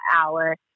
hour